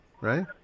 right